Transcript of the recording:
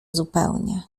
zupełnie